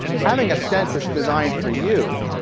having a stent that's designed for you,